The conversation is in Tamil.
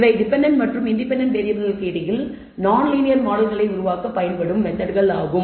இவை டெபென்டென்ட் மற்றும் இன்டெபென்டென்ட் வேறியபிள்களுக்கு இடையில் நான் லீனியர் மாடல்களை உருவாக்க பயன்படும் மெத்தெட்கள் ஆகும்